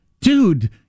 Dude